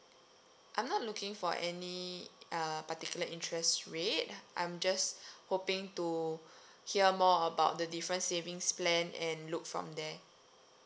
I'm not looking for any uh particular interest rate I'm just hoping to hear more about the different savings plan and look from there